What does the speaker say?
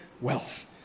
wealth